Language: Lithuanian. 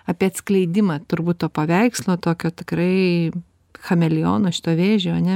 apie atskleidimą turbūt to paveikslo tokio tikrai chameleono šito vėžio ane